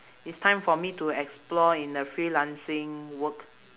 it's time for me to explore in the freelancing work